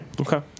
Okay